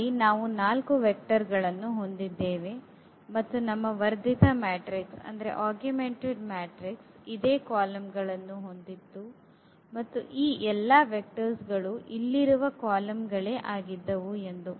ಇಲ್ಲಿ ನಾವು ನಾಲ್ಕು ವೆಕ್ಟರ್ ಗಳನ್ನು ಹೊಂದಿದ್ದೇವೆ ಮತ್ತು ನಮ್ಮ ವರ್ಧಿತ ಮ್ಯಾಟ್ರಿಕ್ಸ್ ಇದೇ ಕಾಲಮ್ಗಳನ್ನು ಹೊಂದಿತ್ತು ಮತ್ತು ಈ ಎಲ್ಲಾ vectorsಗಳು ಇಲ್ಲಿರುವ ಕಾಲಮ್ ಗಳೇ ಆಗಿದ್ದವು ಎಂದು